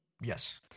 Yes